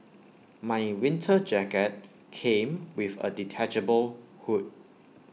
my winter jacket came with A detachable hood